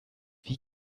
wie